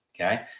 okay